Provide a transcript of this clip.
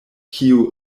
kiu